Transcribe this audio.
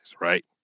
right